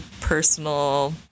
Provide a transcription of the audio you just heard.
personal